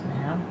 now